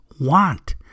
want